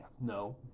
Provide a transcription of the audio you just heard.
No